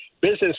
Business